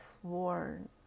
sworn